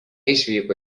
išvyko